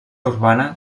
urbana